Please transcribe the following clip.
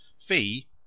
fee